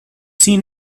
seen